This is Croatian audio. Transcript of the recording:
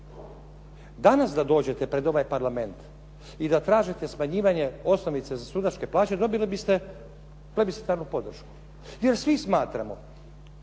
Danas da dođete pred ovaj Parlament i da tražite smanjivanje osnovice za sudačke plaće dobili biste plebiscitarnu podršku jer svi smatramo